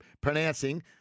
pronouncing